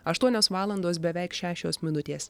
aštuonios valandos beveik šešios minutės